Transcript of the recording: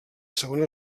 segona